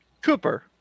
Cooper